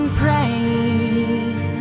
praying